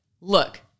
look